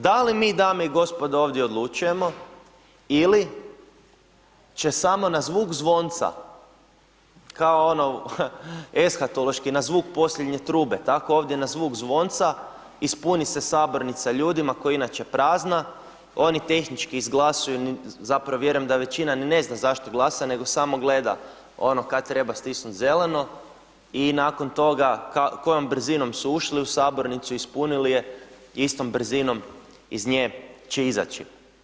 Da li mi, dame i gospodo ovdje odlučujemo ili će samo na zvuk zvonca, kao ono eshatološki na zvuk posljednje trube, tako ovdje na zvuk zvonca, ispuni se sabornica ljudima koja je inače prazna, oni tehnički izglasuju, zapravo vjerujem da većina ni ne zna zašto glasa nego samo gleda ono kad treba stisnuti zeleno i nakon toga kojom brzinom su ušli u sabornicu, ispunili je, istom brzinom iz nje će izaći.